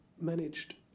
managed